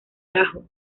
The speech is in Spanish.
tajo